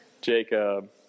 Jacob